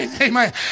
Amen